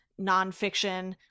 nonfiction